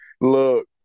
look